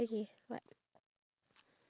I didn't give you that